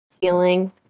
feeling